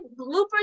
bloopers